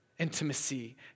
Intimacy